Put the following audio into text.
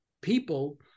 people